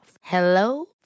Hello